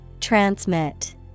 Transmit